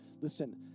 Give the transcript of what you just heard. Listen